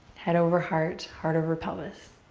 head over heart, heart over pelvis.